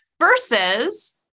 Versus